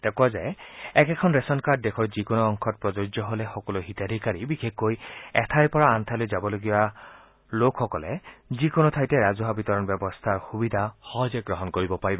তেওঁ কয় যে একেখন ৰেচন কাৰ্ড দেশৰ যিকোনো অংশত প্ৰযোজ্য হলে সকলো হিতাধিকাৰী বিশেষকৈ এঠাইৰ পৰা আন ঠাইলৈ যাবলগীয়া হোৱা লোকসকলে যিকোনো ঠাইতে ৰাজহুৱা বিতৰণ ব্যৱস্থাৰ সুবিধা সহজে গ্ৰহণ কৰিব পাৰিব